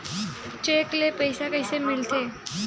Cheque ले पईसा कइसे मिलथे?